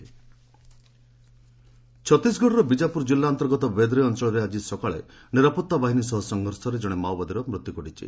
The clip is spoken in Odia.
ଛତିଶଗଡ଼ ନକ୍ନଲ୍ ଛତିଶଗଡ଼ର ବିଜାପୁର ଜିଲ୍ଲା ଅନ୍ତର୍ଗତ ବେଦ୍ରେ ଅଞ୍ଚଳରେ ଆଜି ସକାଳୁ ନିରାପତ୍ତା ବାହିନୀ ସହ ସଂଘର୍ଷରେ ଜଣେ ମାଓବାଦୀର ମୃତ୍ୟୁ ଘଟିଛି